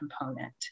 component